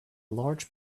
large